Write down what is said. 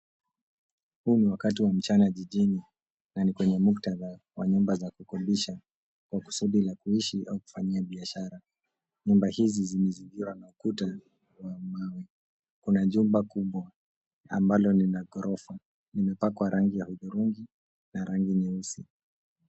Huu ni wakati wa mchana jijini na kwenye muktadha wa nyumba za kukodisha kwa kusudi la kuishi au kufanyia biashara. Nyumba hizi zimezingirwa na ukuta wa mawe. Kuna jumba kubwa ambalo ni la ghorofa limepakwa rangi ya hudhurungi na rangi nyeusi.